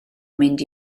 mynd